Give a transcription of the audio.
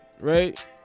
right